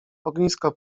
ognisko